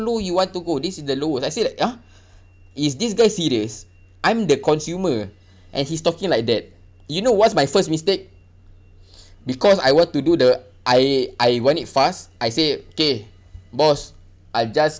low you want to go this in the lowest I say like !huh! is this guy serious I'm the consumer and he's talking like that you know what's my first mistake because I want to do the I I want it fast I say K boss I just